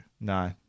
No